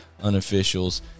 unofficials